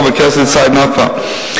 חבר הכנסת סעיד נפאע,